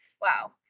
wow